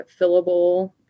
fillable